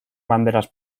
banderas